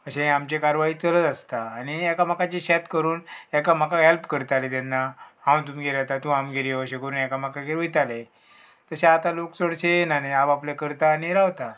अशें आमचे कारवाही चलत आसता आनी एकामेकाची शेत करून एकामेकाक हेल्प करताले तेन्ना हांव तुमगेर येता तूं आमगेर अशें करून एकामेकागेर वयताले तशें आतां लोक चडशे येयना आप आपले करता आनी रावता